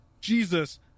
jesus